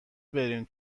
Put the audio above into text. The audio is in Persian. بریم